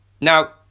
now